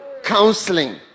counseling